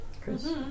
Chris